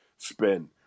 spin